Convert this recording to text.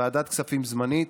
בוועדת הכספים הזמנית: